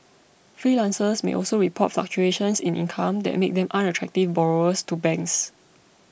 freelancers may also report fluctuations in income that make them unattractive borrowers to banks